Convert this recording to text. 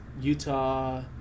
Utah